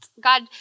God